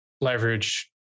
leverage